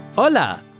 Hola